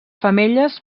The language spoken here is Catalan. femelles